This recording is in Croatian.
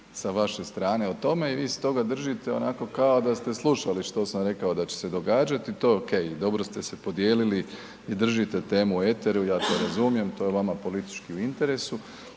sa vaše strane o tome i vi se toga držite onako kao da ste slušali što sam rekao da će se događati, to je ok i dobro ste se podijelili i držite temu u eteru. Ja to razumijem, to je vama politički i u interesu.